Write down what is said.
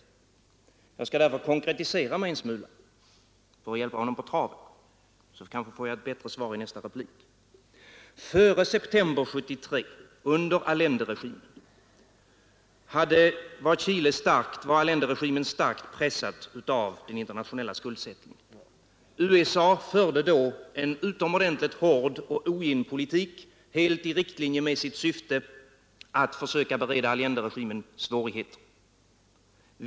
Jag skall därför konkretisera mig en smula för att hjälpa honom på traven, så kanske jag får ett bättre svar i en replik från handelsministern. Före september 1973, under Allenderegimen, var Chile starkt pressat av den internationella skuldsättningen. USA förde då en utomordentligt hård och ogin politik, helt i linje med sitt syfte att försöka bereda Allenderegimen svårigheter.